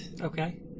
Okay